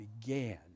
began